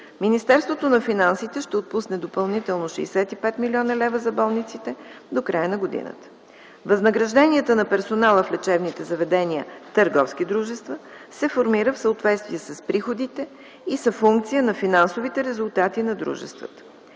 Министерството на финансите ще отпусне допълнително 65 млн. лв. за болниците до края на годината. Възнагражденията на персонала в лечебните заведения – търговски дружества, се формират в съответствие с приходите и са функция на финансовите резултати на дружествата.